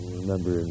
remember